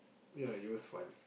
yea it was fun